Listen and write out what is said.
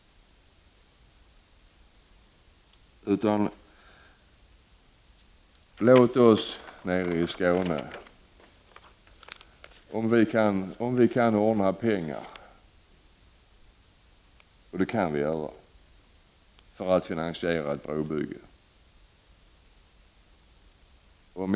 Låt oss nere i Skåne bestämma — om vi kan ordna pengar till ett brobygge, vilket vi kan.